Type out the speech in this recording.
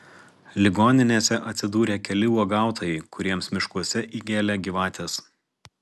ligoninėse atsidūrė keli uogautojai kuriems miškuose įgėlė gyvatės